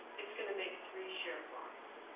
it's gonna make three shared bonds.